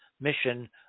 mission